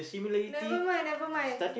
never mind never mind